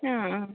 മ് മ്